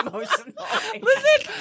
Listen